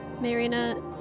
Marina